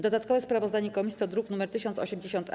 Dodatkowe sprawozdanie komisji to druk nr 1080-A.